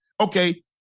Okay